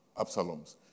Absalom's